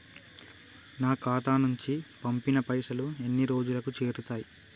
నా ఖాతా నుంచి పంపిన పైసలు ఎన్ని రోజులకు చేరుతయ్?